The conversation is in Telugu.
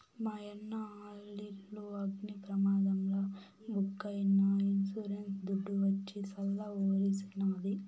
మాయన్న ఆలిల్లు అగ్ని ప్రమాదంల బుగ్గైనా ఇన్సూరెన్స్ దుడ్డు వచ్చి సల్ల బరిసినాది